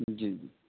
جی جی